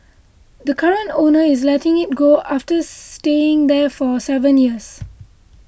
the current owner is letting it go after staying there for seven years